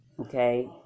Okay